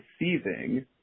receiving